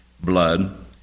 blood